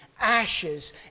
ashes